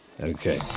Okay